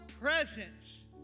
presence